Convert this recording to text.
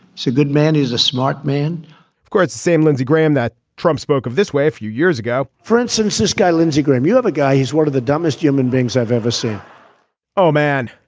so a good man who's a smart man of course same lindsey graham that trump spoke of this way a few years ago for instance this guy lindsey graham you have a guy who's one of the dumbest human beings i've ever seen oh man.